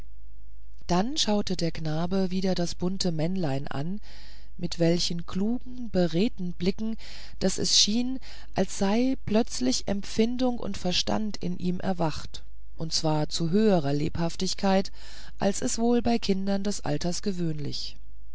dann schaute der knabe wieder das bunte männlein an mit solchen klugen beredten blicken daß es schien als sei plötzlich empfindung und verstand in ihm erwacht und zwar zu höherer lebendigkeit als es wohl bei kindern des alters gewöhnlich